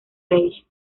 beige